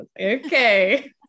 okay